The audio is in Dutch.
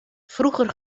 vroeger